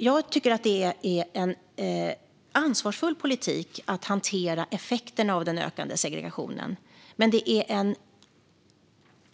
Jag tycker att det är en ansvarsfull politik att hantera effekterna av den ökande segregationen, men det är en